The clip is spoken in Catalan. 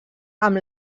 amb